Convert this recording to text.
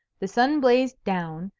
the sun blazed down,